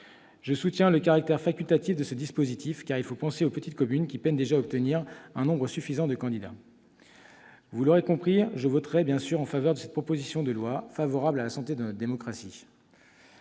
Je soutiens le caractère facultatif de ce dispositif, car il faut penser aux petites communes qui peinent déjà à obtenir un nombre suffisant de candidats. Vous l'aurez compris, je voterai bien sûr en faveur de cette proposition de loi favorable à la santé de notre démocratie.